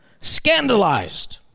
scandalized